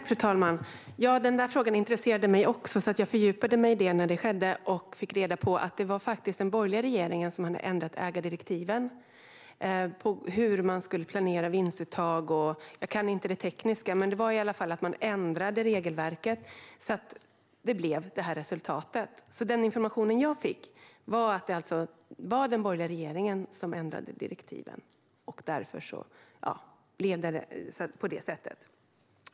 Fru talman! Den där frågan intresserade mig också, så jag fördjupade mig i den när det här skedde. Jag fick reda på att det faktiskt var den borgerliga regeringen som hade ändrat ägardirektiven om hur man skulle planera vinstuttag. Jag kan inte det tekniska, men man ändrade i alla fall regelverket så att det blev det här resultatet. Den information jag fick var alltså att det var den borgerliga regeringen som ändrade direktiven och att det därmed blev på det sättet.